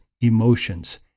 emotions